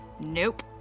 Nope